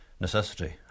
necessity